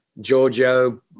Giorgio